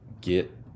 get